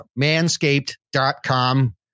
manscaped.com